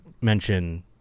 mention